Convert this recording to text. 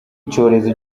icyorezo